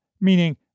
meaning